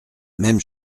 même